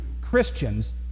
Christians